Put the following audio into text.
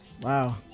Wow